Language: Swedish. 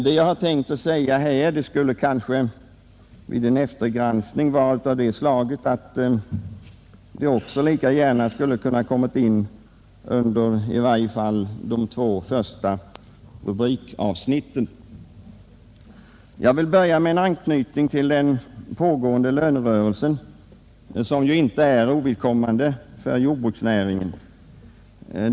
Vad jag tänkte säga här kommer kanske vid en eftergranskning att förefalla vara av det slaget att det lika gärna skulle ha kunnat komma in under i varje fall de två första rubrikavsnitten. Jag vill börja med en anknytning till den pågående lönerörelsen, som inte är ovidkommande för jordbruksnäringen.